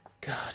God